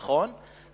נכון,